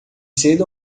cedo